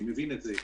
אני מבין את זה,